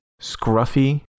scruffy